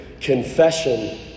confession